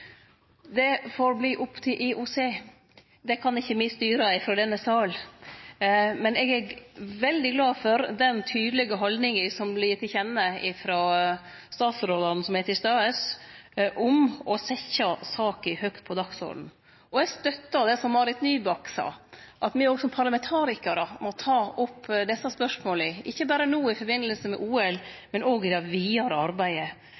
Det får verte opp til IOC. Det kan ikkje me styre frå denne salen, men eg er veldig glad for den tydelege haldninga som vert gitt til kjenne frå statsrådane som er til stades, om å setje saka høgt på dagsordenen. Og eg støttar det som Marit Nybakk sa: at me òg som parlamentarikarar må ta opp desse spørsmåla, ikkje berre no i forbindelse med OL, men òg i det vidare arbeidet.